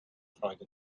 freude